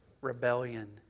rebellion